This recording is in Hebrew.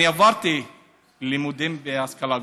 אני עברתי לימודים בהשכלה גבוהה,